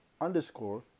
underscore